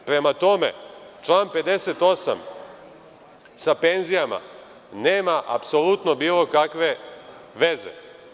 Prema tome, član 58. sa penzijama nema apsolutno bilo kakve veze.